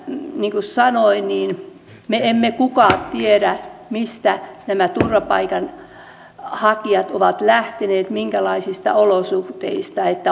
niin kuin sanoin meistä ei kukaan tiedä mistä nämä turvapaikanhakijat ovat lähteneet minkälaisista olosuhteista